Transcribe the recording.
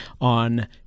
on